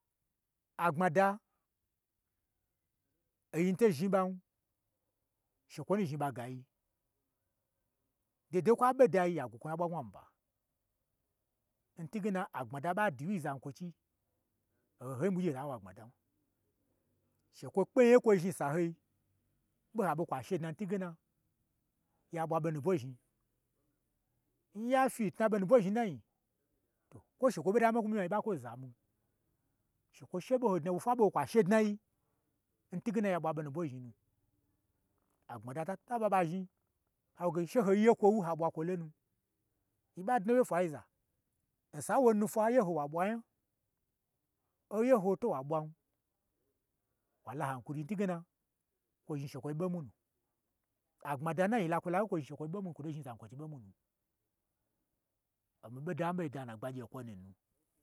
A gbmada, oyi nu to zhmi ɓan, shekwo nu zhni ɓa gayi, do ho do hoyi n kwa ɓe dayi, ya gwo kwo n na ɓwa anwu aba, n twuge na a gbmada ɓa dwuwyin zankwochi, ohon hoi ɓwugyii hota ɓwa gbma dan, shekwo kpe onya ye n kwo chni n sahoi, ɓoho kwa ɓe kwa she dna n twuge na, ya ɓwa ɓo nubwo zhni. Nya fyi ntna ɓo nubwo zhnii n nya fyi ntna ɓo nubwo zhnii n nanyi, to kwo shekwo ɓoda n mii ɓwa kwo gyelo nyi mii ɓo la kwo zamwu shekwo she ɓoho dnawo fwa ɓoho dna kwa she dnayi, ntwuge na ya ɓwa ɓo nubwo zhni nu, a gbmada ta taba ɓa zhni, hawo ge she ho ye kwo nwu, ha ɓwa kwo lonu, yi ɓa dna wye n fwaiza, nsa nwo nufwa nye hoiwa ɓwa nya, oye ho to wa ɓwan, wa la han kuri ntwugena, kwo zhni shekwoyi ɓo mwu nu, aglam da ge yi la kwo la nayege kwo zhni shekwo ɓo mwu nu, kwo to zhni zan kwo chi ɓo mwu nu, o mii ɓoda n mii ɓo da na gba gyii kwo nunu